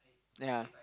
ya